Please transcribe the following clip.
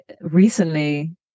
recently